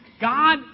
God